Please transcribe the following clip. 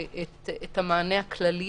נכניס גם את הנושא של משמרת שנייה,